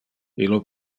illo